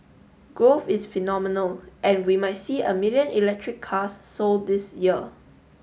growth is phenomenal and we might see a million electric cars sold this year